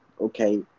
Okay